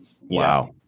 Wow